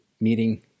meeting